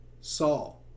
Saul